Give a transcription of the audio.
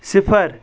صِفر